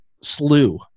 slew